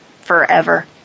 forever